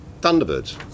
Thunderbirds